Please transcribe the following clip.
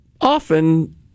often